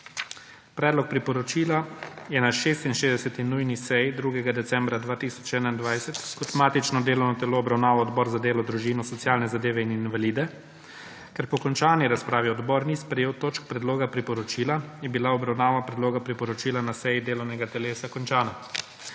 Predlog priporočila je na 66. nujni seji, 2. decembra 2021, kot matično delovno telo obravnaval Odbor za delo, družino, socialne zadeve in invalide. Ker po končani razpravi odbor ni sprejel točk predloga priporočila je bila obravnava predloga priporočila na seji delovnega telesa končana.